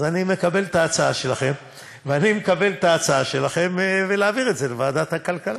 אני מקבל את ההצעה שלכם להעביר את זה לוועדת הכלכלה.